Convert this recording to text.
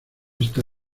está